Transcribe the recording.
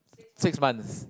six months